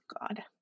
God